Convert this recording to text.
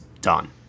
done